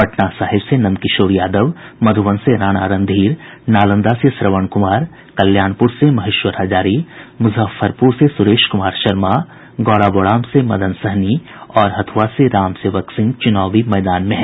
पटना साहिब से नंदकिशोर यादव मधुबन से राणा रणधीर नालंदा से श्रवण कुमार कल्याणपुर से महेश्वर हजारी मुजफ्फरपुर से सुरेश कुमार शर्मा गौड़ाबौराम से मदन सहनी और हथ्रआ से राम सेवक सिंह च्रनावी मैदान में हैं